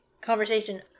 conversation